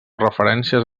referències